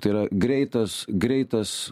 tai yra greitas greitas